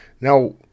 Now